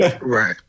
Right